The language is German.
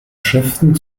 schriften